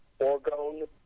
Orgone